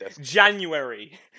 January